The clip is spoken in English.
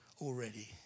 already